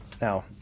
Now